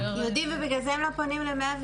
הם יודעים ובגלל זה הם לא פונים ל-105,